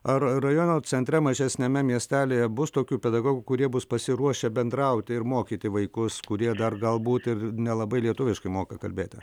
ar rajono centre mažesniame miestelyje bus tokių pedagogų kurie bus pasiruošę bendrauti ir mokyti vaikus kurie dar galbūt ir nelabai lietuviškai moka kalbėti